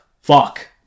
Fuck